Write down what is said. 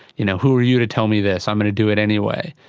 you know, who are you to tell me this, i'm going to do it anyway.